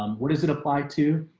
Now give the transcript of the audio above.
um what does it apply to